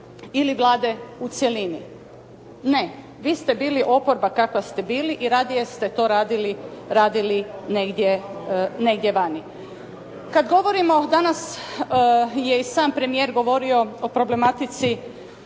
ili Vlade u cjelini. Ne, vi ste bili oporba kakva ste bili i radije ste to radili negdje vani. Kad govorimo danas je i sam premijer govorio o problematici